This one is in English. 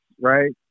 Right